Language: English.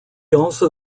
also